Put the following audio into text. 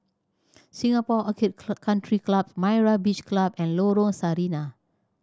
Singapore Orchid Country Club Myra Beach Club and Lorong Sarina